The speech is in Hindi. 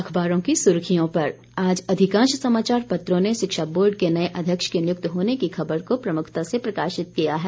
अखबारों की सुर्खियों पर आज अधिकांश समाचार पत्रों ने शिक्षा बोर्ड के नए अध्यक्ष के नियुक्त होने की खबर को प्रमुखता से प्रकाशित किया है